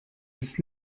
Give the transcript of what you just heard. ist